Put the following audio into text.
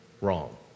wrong